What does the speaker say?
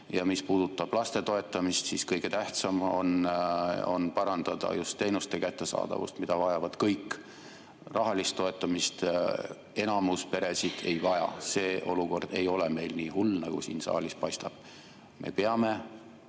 Ja mis puudutab laste toetamist, siis kõige tähtsam on parandada teenuste kättesaadavust, mida vajavad kõik. Rahalist toetamist enamik peresid ei vaja, see olukord ei ole meil nii hull, nagu siin saalis paistab. Me peame